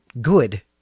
good